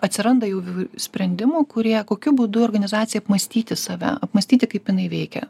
atsiranda jau sprendimų kurie kokiu būdu organizacijai apmąstyti save apmąstyti kaip jinai veikia